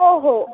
हो हो